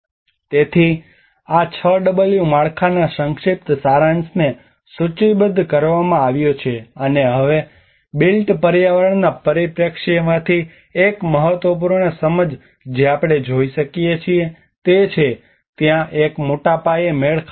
તેથી આ 6w માળખાના સંક્ષિપ્ત સારાંશને સૂચિબદ્ધ કરવામાં આવ્યો છે અને હવે બિલ્ટ પર્યાવરણના પરિપ્રેક્ષ્યમાંથી એક મહત્વપૂર્ણ સમજ જે આપણે જોઈ શકીએ છીએ તે છે ત્યાં એક મોટા પાયે મેળ ખાતા નથી